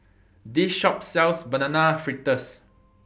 This Shop sells Banana Fritters